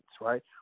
right